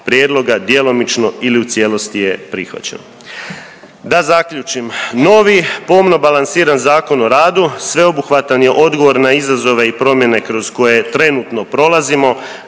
prijedloga djelomično ili u cijelosti je prihvaćeno. Da zaključim, novi pomno balansiran Zakon o radu sveobuhvatan je odgovor na izazove i promjene kroz koje trenutno prolazimo